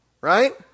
Right